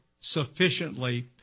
sufficiently